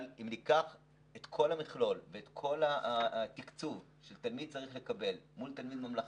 אם ניקח את כל המכלול וכל התקצוב שתלמיד צריך לקבל מול תלמיד בממלכתי,